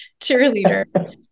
cheerleader